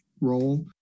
role